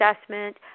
assessment